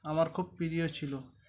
আমার খুব প্রিয় ছিল